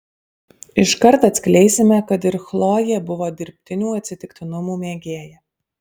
iškart atskleisime kad ir chlojė buvo dirbtinių atsitiktinumų mėgėja